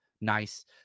Nice